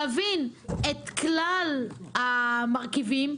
להבין את כלל המרכיבים,